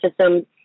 system